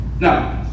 now